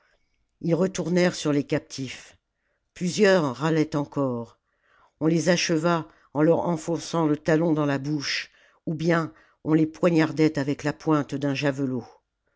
ils retournèrent sur les captifs plusieurs râlaient encore on les acheva en leur enfonçant le talon dans la bouche ou bien on les poignardait avec la pointe d'un javelot